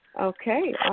Okay